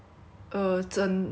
五十块 eh